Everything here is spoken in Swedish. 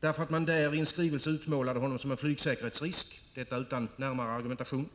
därför att man där i en skrivelse utmålade honom som en flygsäkerhetsrisk. Det skedde utan närmare argument.